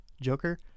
joker